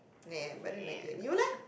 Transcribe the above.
[neh] I didn't like it you leh